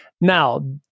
Now